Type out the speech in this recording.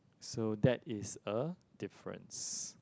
so that is a difference